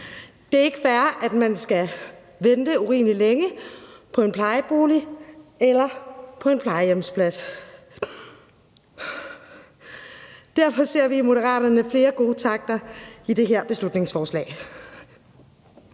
Det er ikke fair, at man skal vente urimelig længe på en plejebolig eller på en plejehjemsplads. Derfor ser vi i Moderaterne flere gode takter i det her beslutningsforslag.